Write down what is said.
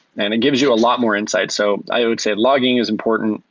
and it gives you a lot more insight. so i would say logging is important.